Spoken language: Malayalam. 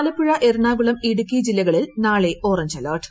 ആലപ്പുഴ എറണാകുളം ഇടുക്കി ജില്ലകളിൽ നാളെ ഓറഞ്ച് അലർട്ട്